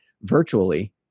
virtually